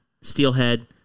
steelhead